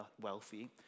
wealthy